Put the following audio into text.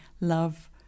love